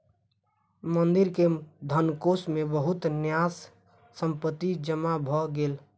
मंदिर के धनकोष मे बहुत न्यास संपत्ति जमा भ गेल